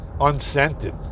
unscented